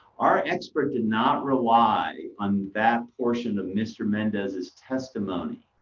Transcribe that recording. our expert did not rely on that portion of mr mendez's testimony.